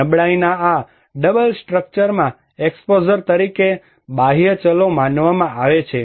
નબળાઈના આ ડબલ સ્ટ્રક્ચરમાં એક્સપોઝર તરીકે બાહ્ય ચલો માનવામાં આવે છે